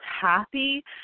happy